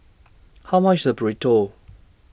How much IS Burrito